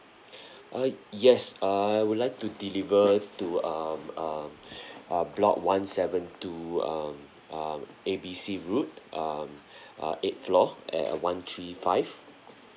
uh yes err I would like to deliver to um um uh block one seven two um um A B C road um uh eight floor at one three five